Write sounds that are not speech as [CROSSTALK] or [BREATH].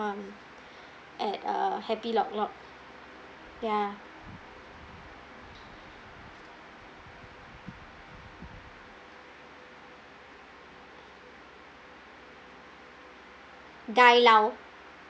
um [BREATH] at uh happy lok lok ya dilao